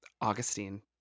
Augustine